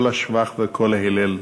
כל השבח וכל ההלל.